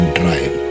drive